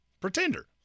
pretender